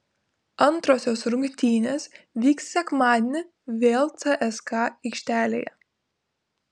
antrosios rungtynės vyks sekmadienį vėl cska aikštelėje